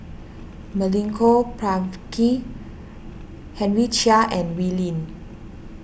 Milenko Prvacki Henry Chia and Wee Lin